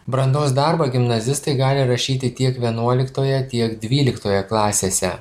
brandos darbą gimnazistai gali rašyti tiek vienuoliktoje tiek dvyliktoje klasėse